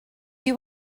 you